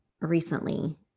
recently